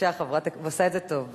ועושה את זה טוב.